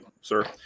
Sir